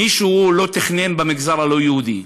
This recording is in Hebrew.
מישהו לא תכנן במגזר הלא-יהודי,